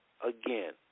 Again